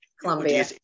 Columbia